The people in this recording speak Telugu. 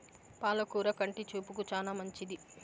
పాల కూర కంటి చూపుకు చానా మంచిది